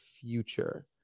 future